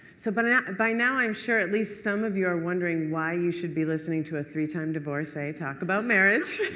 so but and and by now, i'm sure at least some of you are wondering why you should be listening to a three-time divorcee talk about marriage?